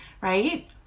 right